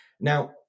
Now